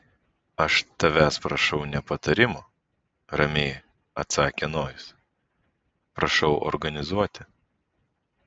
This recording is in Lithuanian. aš tavęs prašau ne patarimo ramiai atsakė nojus prašau organizuoti